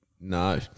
No